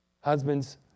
husbands